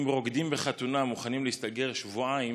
אם רוקדים בחתונה מוכנים להסתגר שבועיים